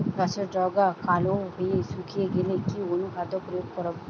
গাছের ডগা কালো হয়ে শুকিয়ে গেলে কি অনুখাদ্য প্রয়োগ করব?